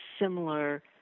similar